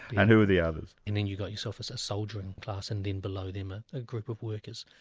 and who are the others? and then you've got yourself a soldiering class, and then below them are a group of workers.